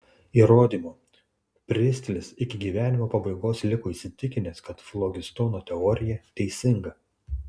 įrodymo pristlis iki gyvenimo pabaigos liko įsitikinęs kad flogistono teorija teisinga